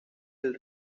del